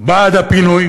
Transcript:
בעד הפינוי